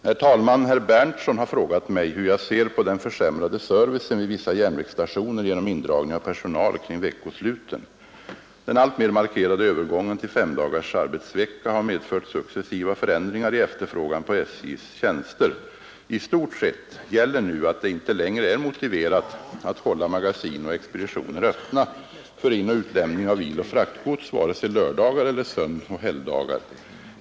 Herr talman! Herr Berndtson har frågat mig hur jag ser på den försämrade servicen vid vissa järnvägsstationer genom indragning av personal kring veckosluten. Den alltmer markerade övergången till S5-dagars arbetsvecka har medfört successiva förändringar i efterfrågan på SJ:s tjänster. I stort sett gäller nu att det inte längre är motiverat att hålla magasin och expeditioner öppna för inoch utlämning av iloch fraktgods vare sig lördagar eller sönoch helgdagar.